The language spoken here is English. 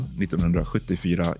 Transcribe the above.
1974